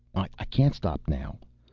i can't stop now.